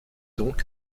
donc